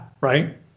right